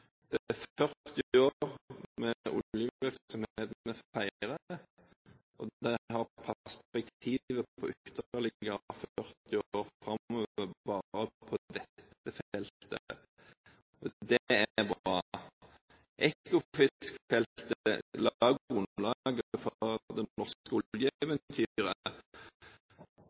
Det er 40 år med oljevirksomhet vi feirer, og det er perspektiver på ytterligere 40 år framover bare på dette feltet. Det er bra. Ekofisk-feltet la grunnlaget for det norske